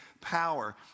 power